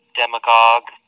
demagogue